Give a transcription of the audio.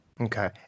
Okay